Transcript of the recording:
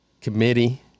committee